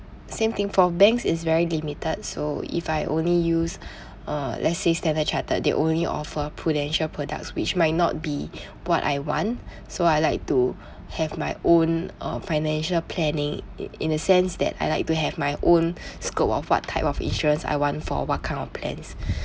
same thing for banks it's very limited so if I only use uh let's say Standard Chartered they only offer Prudential products which might not be what I want so I like to have my own uh financial planning in a sense that I like to have my own scope of what type of insurance I want for what kind of plans